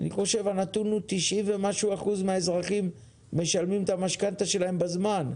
הנתון הוא שכ-90% מהאזרחים משלמים את המשכנתא שלהם בזמן.